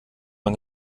man